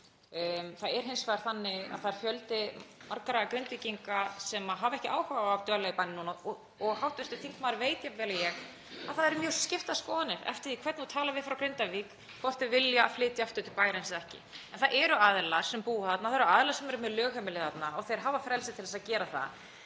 Það er hins vegar þannig að það er fjöldi Grindvíkinga sem hefur ekki áhuga á að dvelja í bænum núna og hv. þingmaður veit jafn vel og ég að það eru mjög skiptar skoðanir eftir því hvern þú talar við frá Grindavík hvort þau vilja flytja aftur til bæjarins eða ekki. En það eru aðilar sem búa þarna, það eru aðilar sem eru með lögheimili þarna og þeir hafa frelsi til að gera það.